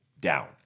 down